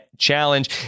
Challenge